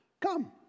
come